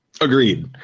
Agreed